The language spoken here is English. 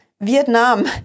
Vietnam